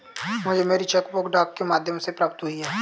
मुझे मेरी cheque book डाक के माध्यम से प्राप्त हुई है